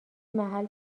محل